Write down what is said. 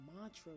mantra